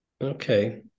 Okay